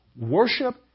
Worship